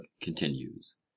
continues